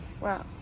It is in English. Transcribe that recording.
Wow